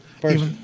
first